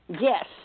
yes